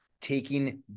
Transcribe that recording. Taking